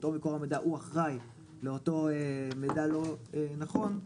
או מקור המידע אחראי לאותו מידע לא נכון,